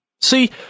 See